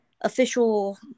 official